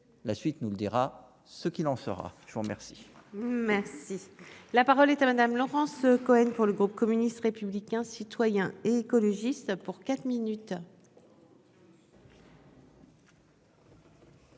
la suite nous le dira ce qu'il en fera, je vous remercie. Merci, la parole est à madame Laurence Cohen pour le groupe communiste, républicain, citoyen et écologiste pour quatre minutes.